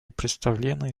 представлены